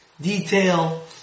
Detail